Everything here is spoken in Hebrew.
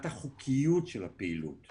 אני הרבה שנים בוועדת הכספים, לא התרגלת לזה,